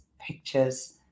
pictures